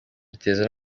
biteza